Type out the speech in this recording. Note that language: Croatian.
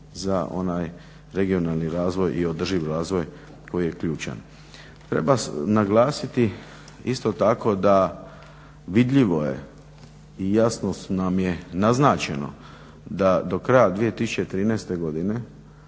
za onaj regionalni razvoj i održiv razvoj koji je ključan. Treba naglasiti isto tako da vidljivo je i jasno nam je naznačeno da do kraja 2013. godine